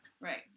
Right